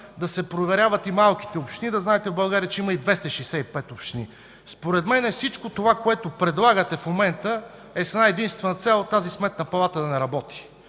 да се проверяват и малките общини – да знаете, че в България има и 265 общини. Според мен всичко това, което предлагате в момента, е с една единствена цел – тази Сметна палата да не работи,